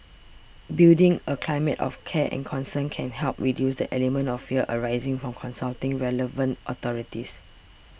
building a climate of care and concern can help reduce the element of fear arising from consulting relevant authorities